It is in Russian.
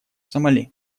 сомали